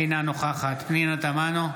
אינה נוכחת פנינה תמנו,